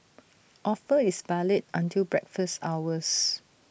offer is valid until breakfast hours